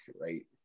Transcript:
Right